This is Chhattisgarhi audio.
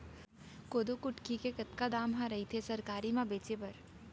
कोदो कुटकी के कतका दाम ह रइथे सरकारी म बेचे बर?